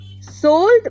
sold